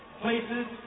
places